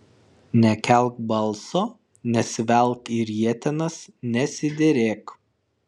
nekelk balso nesivelk į rietenas nesiderėk